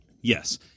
Yes